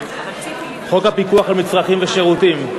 חוק הפיקוח על מצרכים ושירותים.